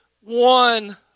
one